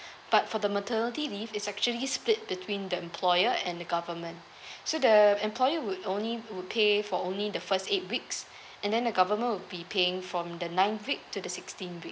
but for the maternity leave is actually split between the employer and the government so the employer would only will pay for only the first eight weeks and then the government will be paying from the ninth week to the sixteen week